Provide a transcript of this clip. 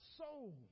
soul